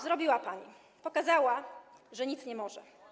Zrobiła pani: pokazała, że nic nie może.